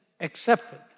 accepted